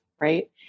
right